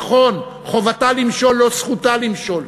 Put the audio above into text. נכון, חובתה למשול, לא זכותה למשול.